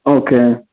okay